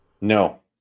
No